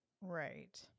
Right